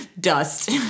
dust